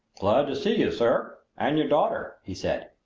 glad to see you, sir and your daughter, he said,